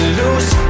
loose